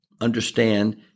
understand